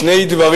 אלה שני דברים,